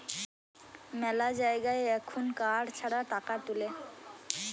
মেলা জায়গায় এখুন কার্ড ছাড়া টাকা তুলে